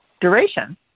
duration